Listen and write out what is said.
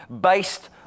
based